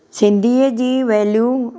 सिंधीअ जी वैल्यू